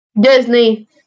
Disney